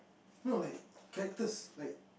no like characters like